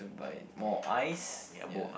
buy more ice ya